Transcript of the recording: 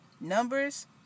numbers